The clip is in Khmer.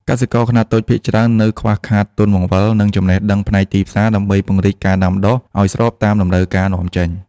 កសិករខ្នាតតូចភាគច្រើននៅខ្វះខាតទុនបង្វិល និងចំណេះដឹងផ្នែកទីផ្សារ ដើម្បីពង្រីកការដាំដុះឱ្យស្របតាមតម្រូវការនាំចេញ។